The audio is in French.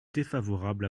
défavorable